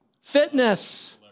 Fitness